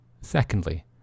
Secondly